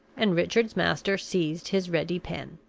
and richard's master seized his ready pen.